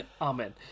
amen